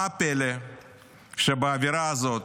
מה הפלא שבאווירה הזאת,